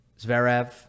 Zverev